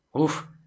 Oof